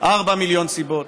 ארבעה מיליון סיבות,